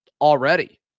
already